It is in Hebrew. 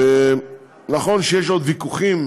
נכון שיש עוד ויכוחים